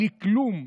בלי כלום.